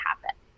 happen